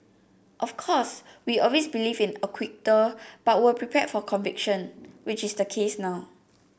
of course we always believed in acquittal but were prepared for conviction which is the case now